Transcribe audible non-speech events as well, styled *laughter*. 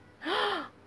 *noise*